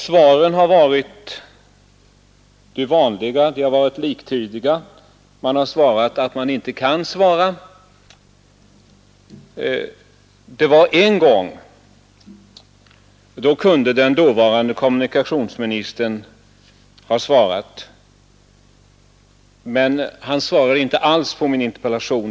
Svaren har varit de vanliga, och de har varit liktydiga: man har svarat att man inte kan svara. En gång kunde den dåvarande kommunikationsministern Olof Palme ha svarat, men han svarade inte alls på min interpellation.